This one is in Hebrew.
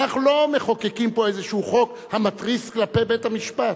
אנחנו לא מחוקקים פה איזה חוק המתריס כלפי בית-המשפט.